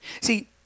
See